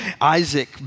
Isaac